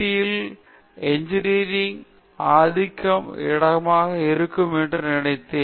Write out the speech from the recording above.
யில் இன்ஜினியரிங் ஆதிக்க இடமாக இருக்கும் என்று நினைத்தேன்